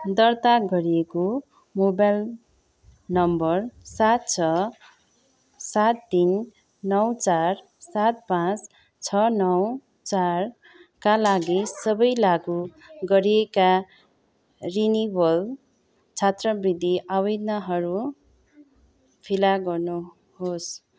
दर्ता गरिएको mobile number सात छ सात तिन नौ चार सात पाँच छ नौ चारका लागि सबै लागु गरिएका रिनिवल छात्रवृति आवेदनहरू फेला गर्नुहोस्